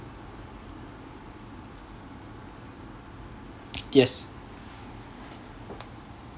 yes